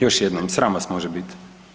Još jednom, sram vas može biti.